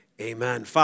amen